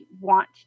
want